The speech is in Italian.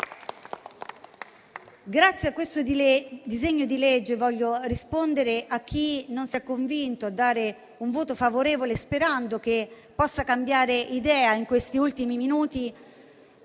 Grazie a questo di disegno di legge voglio rispondere a chi non si è convinto a dare un voto favorevole, sperando che possa cambiare idea in questi ultimi minuti,